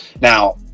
now